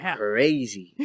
crazy